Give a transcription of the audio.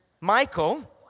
Michael